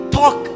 talk